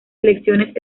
elecciones